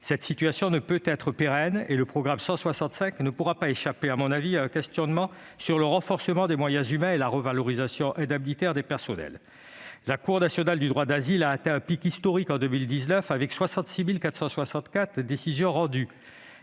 Cette situation ne peut être pérenne et le programme 165 ne pourra pas échapper, selon moi, à un questionnement sur le renforcement des moyens humains et la revalorisation indemnitaire des personnels. La Cour nationale du droit d'asile (CNDA) a atteint un pic historique, en 2019, en rendant 66 464 décisions. Les